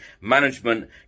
management